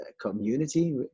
community